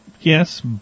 Yes